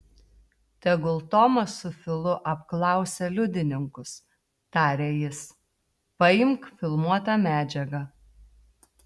tegul tomas su filu apklausia liudininkus tarė jis paimk filmuotą medžiagą